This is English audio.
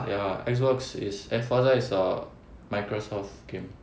ya Xbox is eh Forza is a Microsoft game